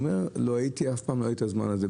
הוא אמר: לא הייתי אף פעם, לא היה לי זמן לזה.